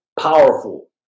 powerful